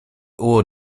ore